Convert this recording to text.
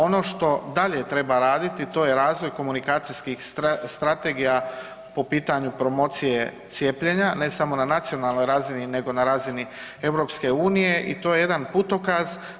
Ono što dalje treba raditi to je razvoj komunikacijskih strategija po pitanju promocije cijepljenja, ne samo na nacionalnoj razini nego na razini EU i to je jedan putokaz.